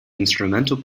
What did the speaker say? instrumental